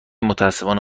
متأسفانه